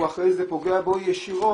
זה אחרי זה פוגע בו ישירות.